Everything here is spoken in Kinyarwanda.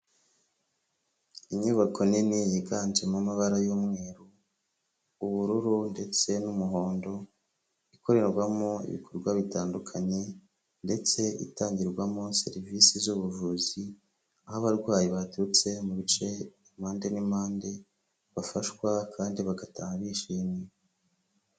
Inyubako nini yiganjemo amabara y'umweru, ubururu ndetse n'umuhondo, ikorerwamo ibikorwa bitandukanye ndetse itangirwamo serivisi z'ubuvuzi, aho abarwayi baturutse mu bice, impande n'impande, bafashwa kandi bagataha bishimye.